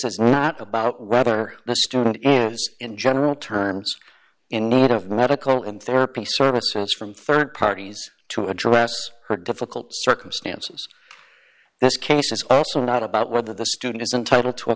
is not about whether the student is in general terms in need of medical and therapy services from rd parties to address her difficult circumstances this case is also not about whether the student is entitled to a